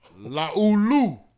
Laulu